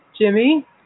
Jimmy